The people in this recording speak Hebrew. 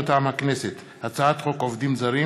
מטעם הכנסת: הצעת חוק עובדים זרים